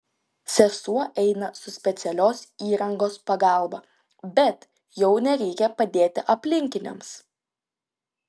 sesuo eina su specialios įrangos pagalba bet jau nereikia padėti aplinkiniams